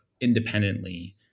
independently